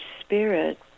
spirit